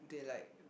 they like